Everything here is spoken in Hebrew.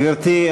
גברתי,